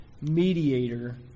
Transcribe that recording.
mediator